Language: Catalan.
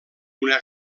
una